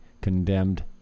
condemned